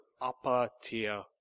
upper-tier